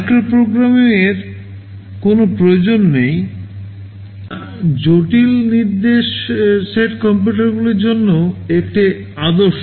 মাইক্রোপ্রোগ্রামিংয়ের কোনও প্রয়োজন নেই যা জটিল নির্দেশ সেট কম্পিউটারগুলির জন্য একটি আদর্শ